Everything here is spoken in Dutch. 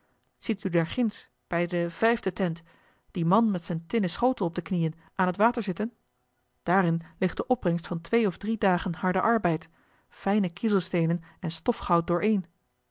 ziet u daar ginds bij de vijfde tent dien man met zijn tinnen schotel op de knieën aan het water zitten daarin ligt de opbrengst van twee of drie dagen harden arbeid fijne kiezelsteenen en stofgoud dooreen